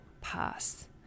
pass